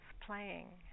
playing